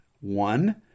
one